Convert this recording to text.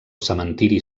cementiri